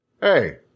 Hey